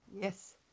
Yes